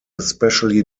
especially